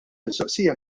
mistoqsija